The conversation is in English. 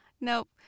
Nope